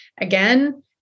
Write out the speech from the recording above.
again